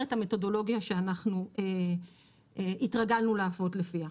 את המתודולוגיה שאנחנו התרגלנו לעבוד לפיה.